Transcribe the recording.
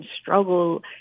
struggle